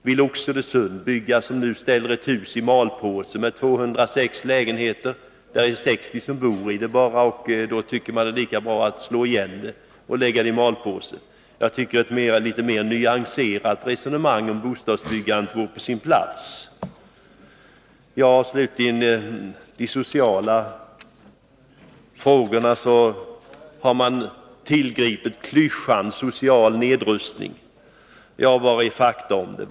Vill man bygga i Oxelösund, där man nu sätter ett hus med 206 lägenheter i malpåse? I det huset är det bara 60 som bor, och då tycker man att det är lika bra att slå igen och lägga huset i malpåse. Jag tycker att ett litet mera nyanserat resonemang om bostadsbyggandet vore på sin plats. Slutligen: När det gäller de sociala frågorna har man tillgripit klyschan social nedrustning. Vad har vi för fakta där?